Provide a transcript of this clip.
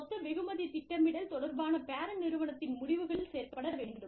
மொத்த வெகுமதி திட்டமிடல் தொடர்பான பேரண்ட் நிறுவனத்தின் முடிவுகளில் சேர்க்கப்பட வேண்டும்